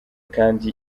kandi